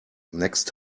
next